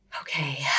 Okay